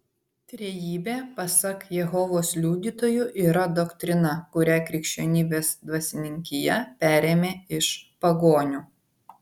trejybė pasak jehovos liudytojų yra doktrina kurią krikščionybės dvasininkija perėmė iš pagonių